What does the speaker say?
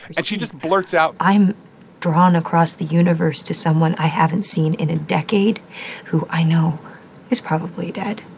and she just blurts out. i'm drawn across the universe to someone i haven't seen in a decade who i know is probably dead.